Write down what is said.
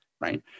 right